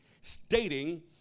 stating